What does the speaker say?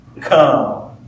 come